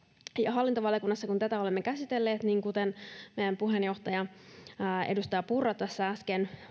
hallintovaliokunnassa tätä olemme käsitelleet ja kuten meidän puheenjohtajamme edustaja purra tässä äsken